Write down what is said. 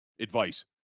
advice